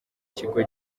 kigo